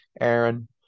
Aaron